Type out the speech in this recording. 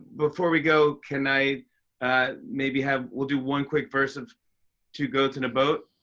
before we go, can i maybe have we'll do one quick verse of two goats in a boat?